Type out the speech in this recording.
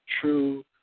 true